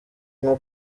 nko